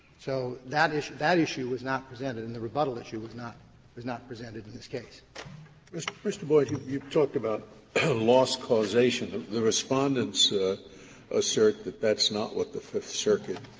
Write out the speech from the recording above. so that issue that issue was not presented, and the rebuttal issue was not was not presented in this case. scalia mr. mr. boies, you talked about loss causation. the respondents ah assert that that's not what the fifth circuit